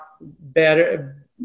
better